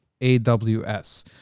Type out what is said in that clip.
AWS